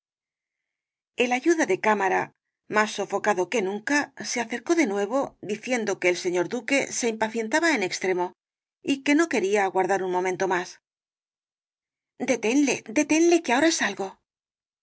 el ayuda de cámara más sofocado que nunca se acercó de nuevo diciendo que el señor duque se impacientaba en extremo y que no quería aguardar un momento más detenle detenle que ahora salgo